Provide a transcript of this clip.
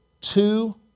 Two